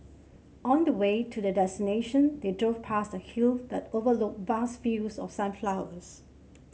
on the way to their destination they drove past a hill that overlooked vast fields of sunflowers